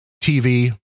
TV